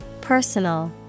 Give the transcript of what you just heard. Personal